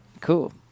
Cool